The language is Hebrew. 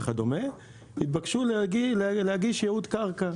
וכדומה בעצם התבקשו להגיש ייעוד קרקע,